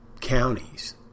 counties